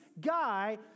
guy